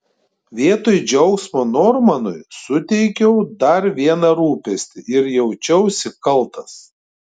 vietoj džiaugsmo normanui suteikiau dar vieną rūpestį ir jaučiausi kaltas